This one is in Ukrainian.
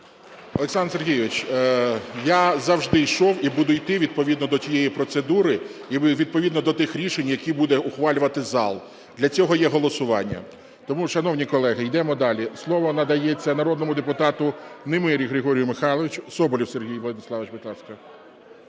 Олександр Сергійович, я завжди йшов і буду іти відповідно до тієї процедури і відповідно до тих рішень, які буде ухвалювати зал, для цього є голосування. Тому, шановні колеги, йдемо далі. Слово надається народному депутату Немирі Григорію Михайловичу. Соболєв Сергій Владиславович,